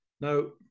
No